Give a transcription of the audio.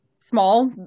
Small